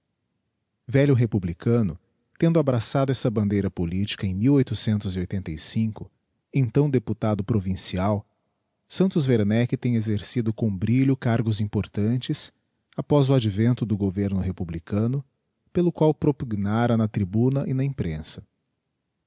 velho republicano tendo abraçado essa bandeira politica em então deputado provincial santos wemeck tem exercido com brilho cargos importantes após o advento do governo republicano pelo qual propugnara na tribuna e na imprensa